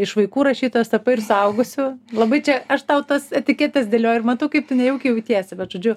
iš vaikų rašytojos tapai ir suaugusių labai čia aš tau tas etiketes dėlioju ir matau kaip tu nejaukiai jautiesi bet žodžiu